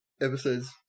Episodes